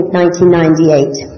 1998